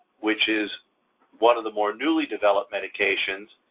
which is one of the more newly developed medications.